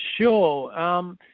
Sure